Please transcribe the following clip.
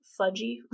fudgy